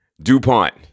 DuPont